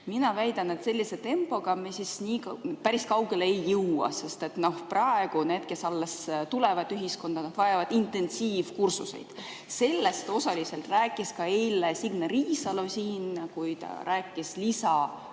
Mina väidan, et sellise tempoga me eriti kaugele ei jõua, sest praegu need, kes alles tulevad ühiskonda, vajavad intensiivkursuseid. Sellest osaliselt rääkis eile siin ka Signe Riisalo, kui ta rääkis lisaõppeaastast